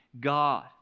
God